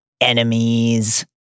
enemies